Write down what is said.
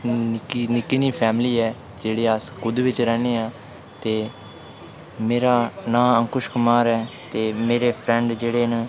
निक्की नेही फैमिली ऐ ते जेह्ड़े अस कुद्द बिच रैह्ने आं ते मेरा नांऽ अंकुश कुमार ऐ ते मेरे फ्रेंड जेह्ड़े न